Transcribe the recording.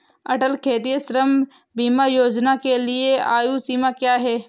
अटल खेतिहर श्रम बीमा योजना के लिए आयु सीमा क्या है?